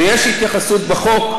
ויש התייחסות בחוק,